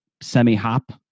semi-hop